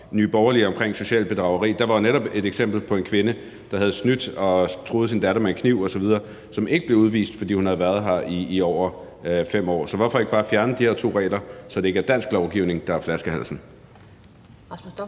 Nye Borgerlige omkring socialt bedrageri, at der jo netop var et eksempel på en kvinde, der havde snydt og truet sin datter med en kniv osv., og som ikke blev udvist, fordi hun havde været her i over 5 år. Så hvorfor ikke bare fjerne de her to regler, så det ikke er dansk lovgivning, der er flaskehalsen?